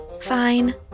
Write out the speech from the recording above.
Fine